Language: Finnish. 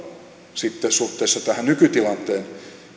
sitten suhteessa tähän nykytilanteeseen